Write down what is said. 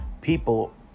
People